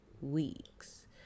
weeks